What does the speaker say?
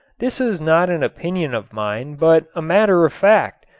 this is not an opinion of mine but a matter of fact,